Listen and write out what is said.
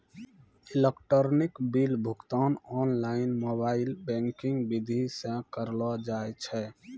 electronic bill भुगतान online mobile banking विधि से करलो जाय छै